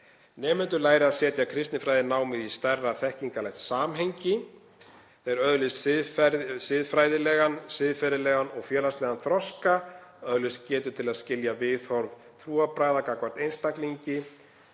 Nemendur læri að setja kristinfræðinámið í stærra þekkingarlegt samhengi. Þeir öðlist siðfræðilegan, siðferðilegan og félagslegan þroska, öðlist getu til að skilja viðhorf trúarbragða gagnvart einstaklingi,